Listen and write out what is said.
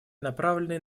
направленные